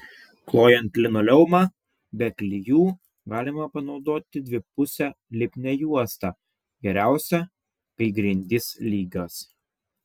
klojant linoleumą be klijų galima panaudoti dvipusę lipnią juostą geriausia kai grindys lygios